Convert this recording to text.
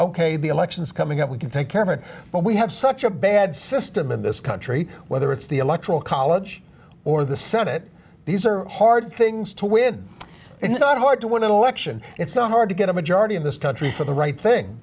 ok the elections coming up we can take care of it but we have such a bad system in this country whether it's the electoral college or the senate these are hard things to win it's not hard to win an election it's so hard to get a majority in this country for the right thing